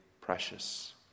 precious